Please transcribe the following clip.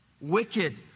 wicked